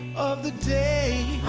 of the day?